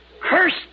cursed